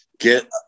get